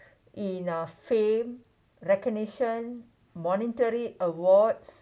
in uh fame recognition monetary awards